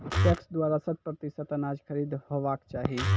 PACS द्वारा शत प्रतिसत अनाज खरीद हेवाक चाही?